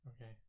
Okay